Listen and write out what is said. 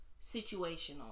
situational